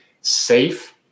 safe